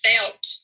felt